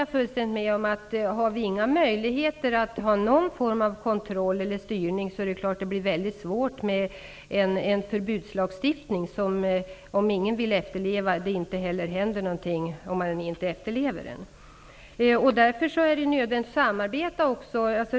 Jag håller med om att om vi inte har några möjligheter till kontroll eller styrning, blir det svårt att upprätthålla en förbudslagstiftning. Det blir så om ingen vill efterleva den och om ingenting händer när man inte följer den. Det är mot denna bakgrund nödvändigt med ett samarbete.